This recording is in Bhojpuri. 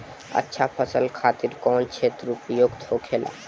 अच्छा फसल खातिर कौन क्षेत्र उपयुक्त होखेला?